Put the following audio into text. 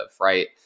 right